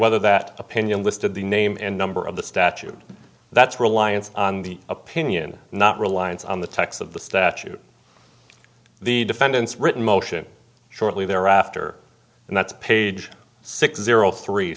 whether that opinion listed the name and number of the statute that's reliance on the opinion not reliance on the text of the statute the defendant's written motion shortly thereafter and that's page six zero three